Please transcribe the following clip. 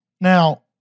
Now